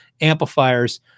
amplifiers